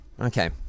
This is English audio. Okay